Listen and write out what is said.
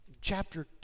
chapter